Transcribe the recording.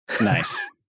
Nice